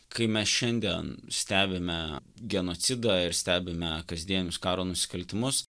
kai mes šiandien stebime genocidą ir stebime kasdien iš karo nusikaltimus